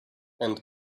and